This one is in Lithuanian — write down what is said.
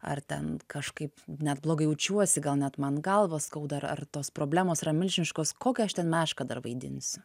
ar ten kažkaip net blogai jaučiuosi gal net man galvą skauda ar ar tos problemos yra milžiniškos kokią aš ten mešką dar vaidinsiu